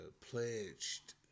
pledged